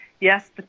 yes